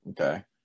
Okay